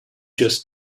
just